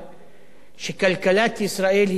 שכלכלת ישראל היא כלכלה יציבה,